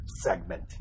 segment